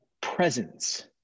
presence